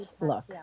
look